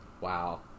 Wow